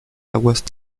aguas